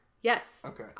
Yes